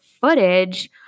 footage